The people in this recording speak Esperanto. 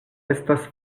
estas